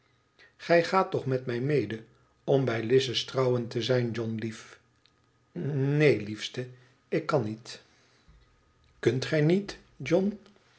gij gaat toch met mij mede om bij lize's trouwen te zijn john lief n neen liefste ik kan niet kunt gij niet john